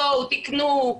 בואו תקנו,